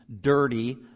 dirty